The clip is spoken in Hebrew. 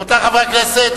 רבותי חברי הכנסת,